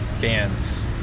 bands